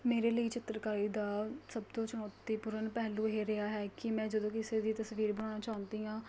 ਮੇਰੇ ਲਈ ਚਿੱਤਰਕਾਰੀ ਦਾ ਸਭ ਤੋਂ ਚੁਣੌਤੀਪੂਰਨ ਪਹਿਲੂ ਇਹ ਰਿਹਾ ਹੈ ਕਿ ਮੈਂ ਜਦੋਂ ਕਿਸੇ ਦੀ ਤਸਵੀਰ ਬਣਾਉਣਾ ਚਾਹੁੰਦੀ ਹਾਂ